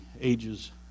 ages